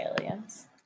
aliens